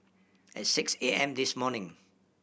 at six A M this morning